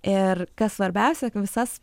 ir kas svarbiausia visas